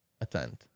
attend